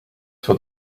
for